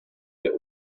der